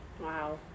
Wow